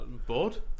Bored